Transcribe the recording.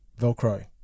Velcro